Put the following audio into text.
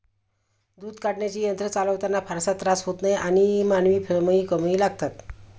दूध काढण्याचे यंत्र चालवताना फारसा त्रास होत नाही आणि मानवी श्रमही कमी लागतात